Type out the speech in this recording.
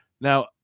Now